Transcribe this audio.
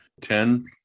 ten